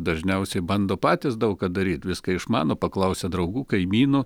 dažniausiai bando patys daug ką daryt viską išmano paklausia draugų kaimynų